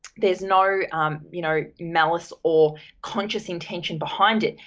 there is no you know malice or conscious intention behind it,